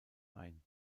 ein